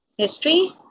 history